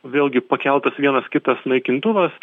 vėlgi pakeltas vienas kitas naikintuvas